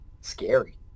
scary